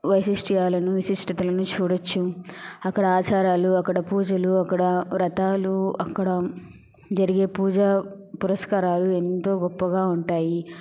వైశిష్ట్యాలను విశిష్టతలను చూడొచ్చు అక్కడ ఆచారాలు అక్కడ పూజలు అక్కడ వ్రతాలు అక్కడ జరిగే పూజ పురస్కారాలు ఎంతో గొప్పగా ఉంటాయి